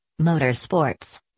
motorsports